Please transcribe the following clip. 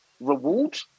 reward